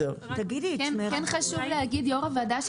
כן חשוב להגיד יו"ר הוועדה,